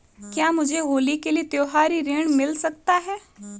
क्या मुझे होली के लिए त्यौहारी ऋण मिल सकता है?